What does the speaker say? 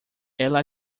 ela